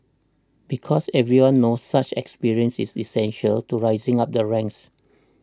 because everyone knows such experience is essential to rising up the ranks